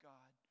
God